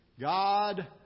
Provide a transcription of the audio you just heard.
God